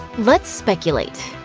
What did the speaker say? let's speculate.